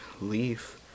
leave